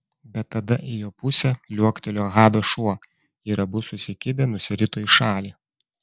bet tada į jo pusę liuoktelėjo hado šuo ir abu susikibę nusirito į šalį